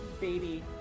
baby